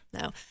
no